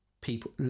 people